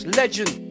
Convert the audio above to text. legend